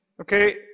okay